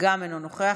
גם אינו נוכח.